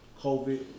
COVID